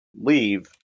leave